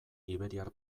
iberiar